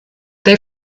they